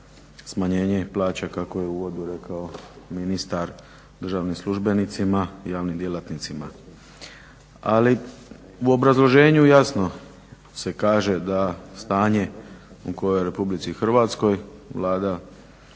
smanjenje plaća kako je u uvodu rekao ministar državnim službenicima i javnim djelatnicima. Ali u obrazloženju jasno se kaže da stanje koje je u Republici Hrvatskoj Vlada